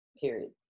period